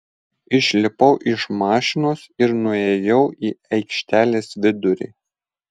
išlipau iš mašinos ir nuėjau į aikštelės vidurį